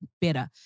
better